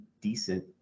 decent